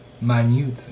minute